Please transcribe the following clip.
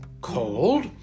Cold